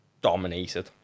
dominated